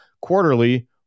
quarterly